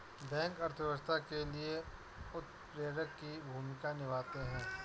bank अर्थव्यवस्था के लिए उत्प्रेरक की भूमिका निभाते है